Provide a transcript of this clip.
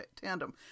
tandem